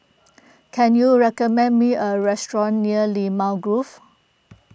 can you recommend me a restaurant near Limau Grove